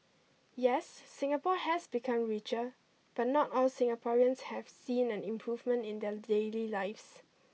yes Singapore has become richer but not all Singaporeans have seen an improvement in their daily lives